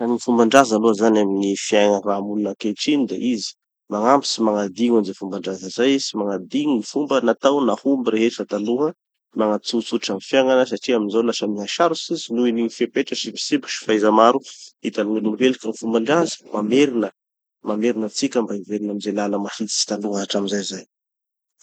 fomban-draza aloha zany amin'ny gny fiaigna iarahamonina ankehitriny de izy magnampy. Tsy magnadigno any ze fomban-draza zay, tsy magnadigno gny fomba natao nahomby rehetra taloha, nagnatsotsotra gny fiaigna satria amizao lasa nihasarotsy izy nohon'ny fepetra sy fitsipiky sy faheza maro hitan'ny gn'olombelo. Ka gny fomban-draza mamerina mamerina antsika mba hiverina amize lala mahitsy taloha hatramizay zay.